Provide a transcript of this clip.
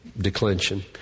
declension